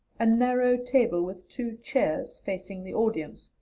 a narrow table with two chairs facing the audience,